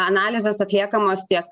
analizės atliekamos tiek